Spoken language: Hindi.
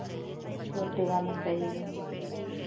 छोटे वाला सही है